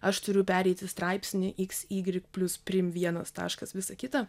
aš turiu pereiti straipsnį iks ygrik plius prim vienas taškas visa kita